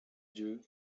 dieu